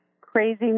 crazy